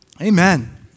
Amen